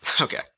okay